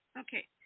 Okay